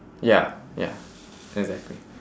ya ya exactly